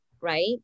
right